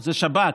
זה שב"כ.